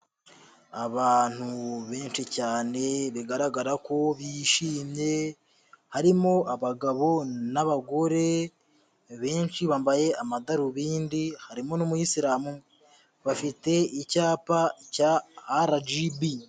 Abantu benshi cyane, bigaragara ko bishimye, harimo abagabo n'abagore benshi bambaye amadarubindi, harimo n'umuyisilamu umwe. Bafite icyapa cya RGB.